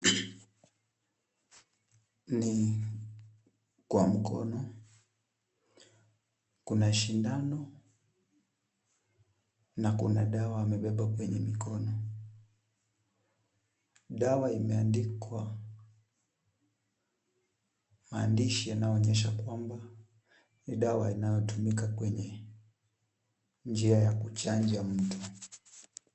Ni kwa mkono kuna sindano na kuna dawa amebeba kwenye mikono . Dawa imeandikwa maandishi yanayoonyesha kwamba ni dawa inayotumika kwenye njia ya kuchanja mtu.